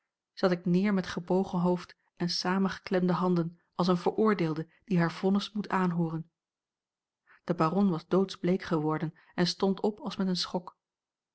zat ik neer met gebogen hoofd en samengeklemde handen als eene veroordeelde die haar vonnis moet aanhooren de baron was doodsbleek geworden en stond op als met een schok